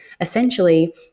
essentially